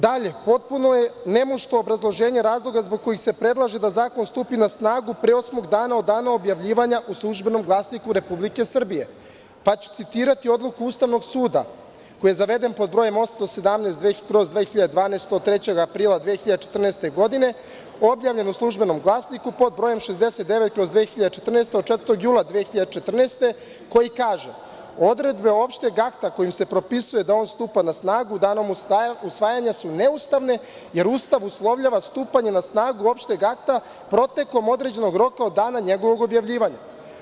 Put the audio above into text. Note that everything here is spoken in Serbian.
Dalje, potpuno je nemušto obrazloženje razloga zbog kojih se predlaže da zakon stupi na snagu pre osmog dana od dana objavljivanja u „Službenom glasniku Republike Srbije“, pa ću citirati Odluku Ustavnog suda, koja je zavedena pod 817/2012 od 03. aprila 2014. godine, objavljena u „Službenom glasniku“ pod brojem 69/2014 od 04. jula 2014. godine, koji kaže: „Odredbe opšteg akta kojim se propisuje da on stupa na snagu danom usvajanja su neustavne, jer Ustav uslovljava stupanje na snagu opšteg akta protekom određenog roka od dana njegovog objavljivanja“